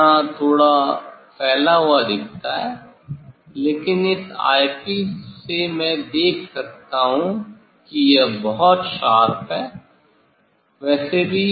यहाँ थोड़ा फैला हुआ दिखता है लेकिन इस ऑय पीस से मैं देख सकता हूं कि यह बहुत शार्प है वैसे भी